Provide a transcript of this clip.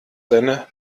seine